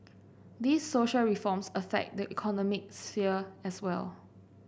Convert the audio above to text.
these social reforms affect the economic sphere as well